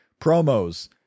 promos